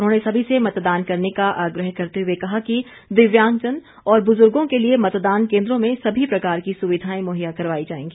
उन्होंने सभी से मतदान करने का आग्रह करते हुए कहा कि दिव्यांगजन और बुजुर्गो के लिए मतदान केंद्रों में सभी प्रकार की सुविधाएं मुहैया करवाई जाएगी